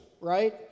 right